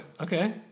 Okay